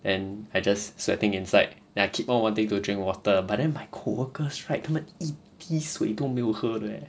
and I just sweating inside then I keep on wanting to drink water but then my coworkers right 他们一滴水都没有喝的 leh